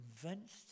convinced